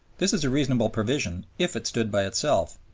this is a reasonable provision if it stood by itself,